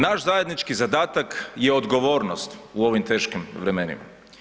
Naš zajednički zadatak je odgovornost u ovim teškim vremenima.